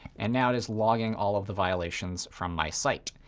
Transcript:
and now it is logging all of the violations from my site.